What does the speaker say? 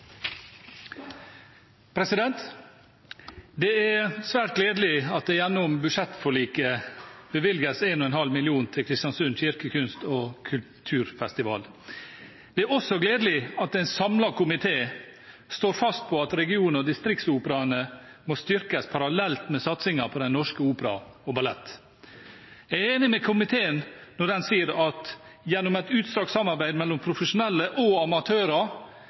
Det er svært gledelig at det gjennom budsjettforliket bevilges 1,5 mill. kr til Kristiansund Kirke Kunst Kulturfestival. Det er også gledelig at en samlet komité står fast på at region- og distriktsoperaene må styrkes parallelt med satsingen på Den norske opera og ballett. Jeg er enig med komiteen når den sier at gjennom et utstrakt samarbeid mellom profesjonelle og amatører